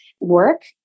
work